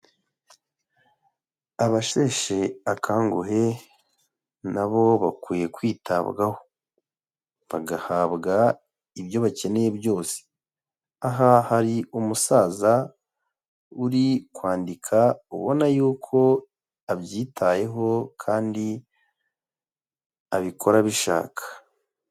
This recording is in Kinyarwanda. Abasheshe akanguhe na bo bakwiye kwitabwaho bagahabwa ibyo bakeneye byose, aha hari umusaza uri kwandika ubona y'uko abyitayeho kandi abikora abishaka.